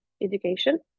education